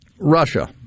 Russia